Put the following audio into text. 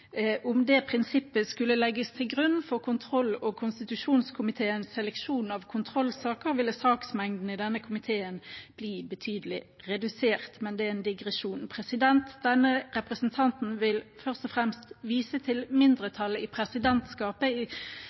det prinsippet skulle legges til grunn for kontroll- og konstitusjonskomiteens seleksjon av kontrollsaker, ville saksmengden i denne komiteen bli betydelig redusert. Men det er en digresjon. Denne representanten vil først og fremst vise til mindretallet i presidentskapet,